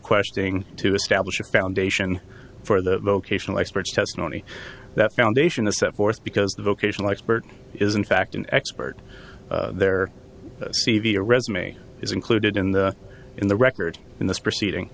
questioning to establish a foundation for the vocational expert's testimony that foundation is set forth because the vocational expert is in fact an expert their c v or resume is included in the in the record in this proceeding